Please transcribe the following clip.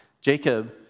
Jacob